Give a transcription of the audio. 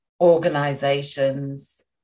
organizations